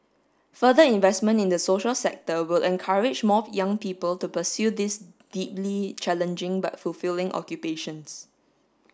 further investment in the social sector will encourage more young people to pursue these deeply challenging but fulfilling occupations